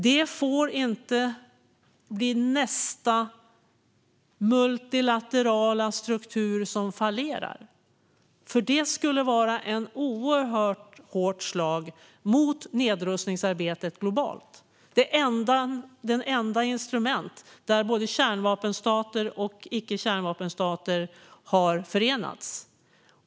Det får inte bli nästa multilaterala struktur som fallerar, för det skulle vara ett oerhört hårt slag mot nedrustningsarbetet globalt - det enda instrument där både kärnvapenstater och icke-kärnvapenstater har förenats.